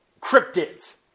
cryptids